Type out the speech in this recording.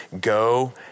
Go